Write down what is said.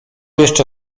jeszcze